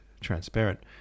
transparent